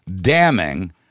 damning